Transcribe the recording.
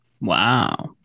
Wow